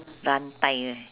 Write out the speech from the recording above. rantai eh